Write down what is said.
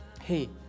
hey